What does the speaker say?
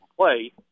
play